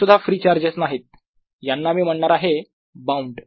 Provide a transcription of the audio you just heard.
हे सुद्धा free charges नाहीत यांना मी म्हणणार आहे बाऊंड